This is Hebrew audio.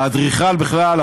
האדריכל בכלל,